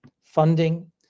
funding